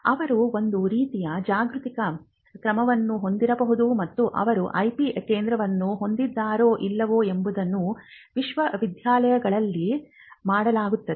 ಅವರು ಒಂದು ರೀತಿಯ ಜಾಗೃತಿ ಕ್ರಮವನ್ನು ಹೊಂದಿರಬಹುದು ಮತ್ತು ಅವರು ಐಪಿ ಕೇಂದ್ರವನ್ನು ಹೊಂದಿದ್ದಾರೋ ಇಲ್ಲವೋ ಎಂಬುದನ್ನು ವಿಶ್ವವಿದ್ಯಾಲಯಗಳಲ್ಲಿ ಮಾಡಲಾಗುತ್ತಿದೆ